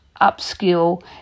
upskill